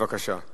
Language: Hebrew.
בבקשה.